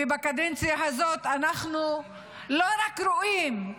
בקדנציה הזאת אנחנו לא רק רואים,